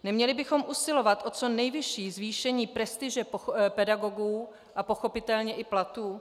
Neměli bychom usilovat o co nejvyšší zvýšení prestiže pedagogů a pochopitelně i platů?